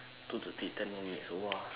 two thirty ten more minutes !wah!